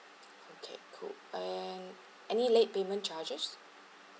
okay cool and any late payment charges